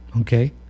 Okay